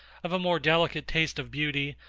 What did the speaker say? of a more delicate taste of beauty,